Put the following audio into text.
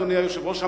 אדוני היושב-ראש,